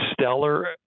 stellar